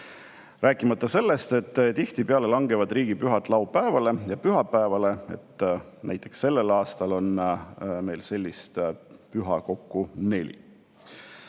rääkimata sellest, et tihtipeale langevad riigipühad laupäevale ja pühapäevale. Näiteks sellel aastal on meil selliseid pühasid kokku neli.